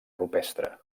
rupestre